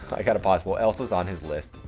i got to pause. what else is on his list.